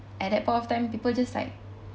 at that point of time people just like